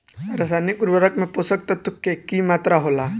रसायनिक उर्वरक में पोषक तत्व के की मात्रा होला?